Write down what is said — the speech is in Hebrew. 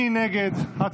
מי נגד?